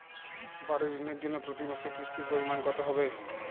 বাড়ীর ঋণের জন্য প্রতি মাসের কিস্তির পরিমাণ কত হবে?